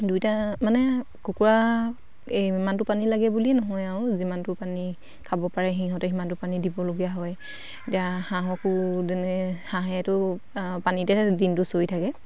দুয়োটা মানে কুকুৰা এই ইমানটো পানী লাগে বুলিয়ে নহয় আৰু যিমানটো পানী খাব পাৰে সিহঁতে সিমানটো পানী দিবলগীয়া হয় এতিয়া হাঁহকো তেনে হাঁহেতো পানীতে দিনটো চৰি থাকে